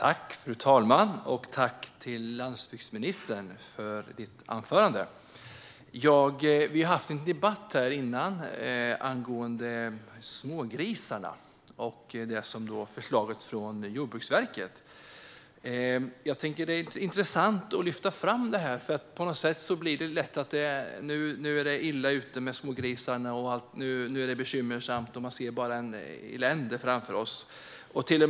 Fru talman! Tack, landsbygdsministern, för anförandet! Vi hade en debatt här tidigare angående smågrisar och förslaget från Jordbruksverket. Jag tycker att det är intressant att lyfta fram detta. På något sätt blir det lätt till att det nu är illa ute med smågrisarna och bekymmersamt, och man ser bara elände framför sig.